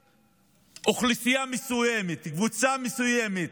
לטובת אוכלוסייה מסוימת, קבוצה מסוימת,